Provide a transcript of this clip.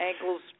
ankles